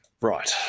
Right